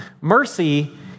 Mercy